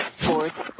sports